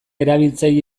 erabiltzaile